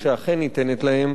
שאכן ניתנת להם.